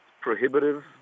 prohibitive